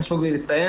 חשוב לי לציין,